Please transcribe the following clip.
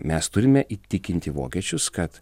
mes turime įtikinti vokiečius kad